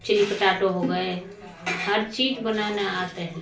chilli potato हो गए हर चीज़ बनाने आता है